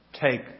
Take